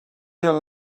her